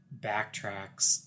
backtracks